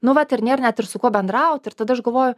nu vat ir nėr net ir su kuo bendraut ir tada aš galvoju